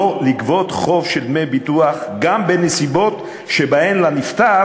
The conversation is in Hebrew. לא לגבות חוב של דמי ביטוח גם בנסיבות שבהן הנפטר